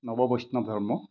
নৱ বৈষ্ণৱ ধৰ্ম